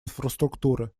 инфраструктуры